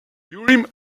urim